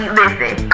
listen